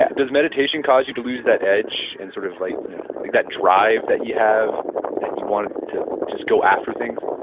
does mediation cause you to lose that edge, and sort of like you know like that drive that you have, that you want ah to just go after things?